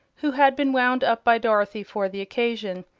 who had been wound up by dorothy for the occasion.